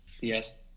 Yes